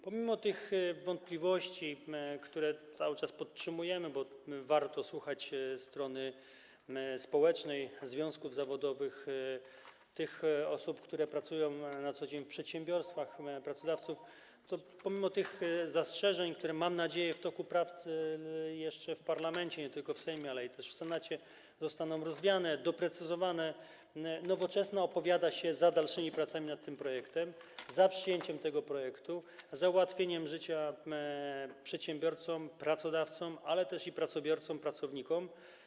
Pomimo tych wątpliwości, które cały czas podtrzymujemy, bo warto słuchać strony społecznej, związków zawodowych, osób, które pracują na co dzień w przedsiębiorstwach, pracodawców, pomimo tych zastrzeżeń, które - mam nadzieję - w toku prac jeszcze w parlamencie, nie tylko w Sejmie, ale też w Senacie, zostaną rozwiane, doprecyzowane, Nowoczesna opowiada się za dalszymi pracami nad tym projektem, za przyjęciem tego projektu, za ułatwieniem życia przedsiębiorcom, pracodawcom, ale też pracobiorcom, pracownikom.